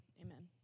amen